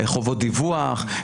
חובות דיווח,